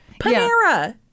Panera